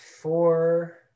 four –